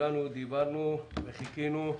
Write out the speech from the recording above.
כולנו דיברנו וחיכינו.